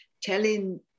telling